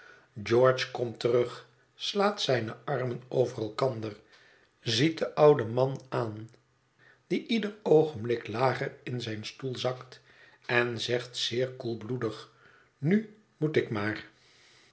george komt terug slaat zijne armen over elkander ziet den ouden man aan die ieder oogenblik lager in zijn stoel zakt en zegt zeer koelbloedig nu moet ik maar